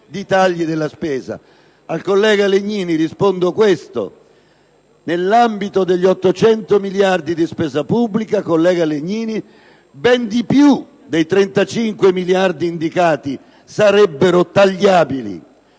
Al collega Legnini rispondo questo: nell'ambito degli 800 miliardi di spesa pubblica, ben più dei 35 miliardi indicati sarebbero tagliabili.